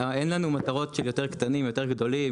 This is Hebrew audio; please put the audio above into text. אין לנו מטרות של יותר קטנים או יותר גדולים,